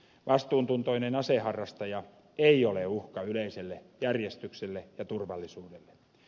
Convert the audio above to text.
vastuuntuntoinen aseharrastaja ei ole uhka yleiselle järjestykselle ja turvallisuudelle